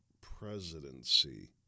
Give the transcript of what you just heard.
presidency